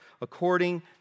according